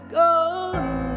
gone